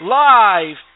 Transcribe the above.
live